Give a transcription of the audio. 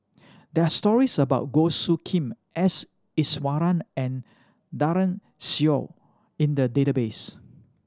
there're stories about Goh Soo Khim S Iswaran and Daren Shiau in the database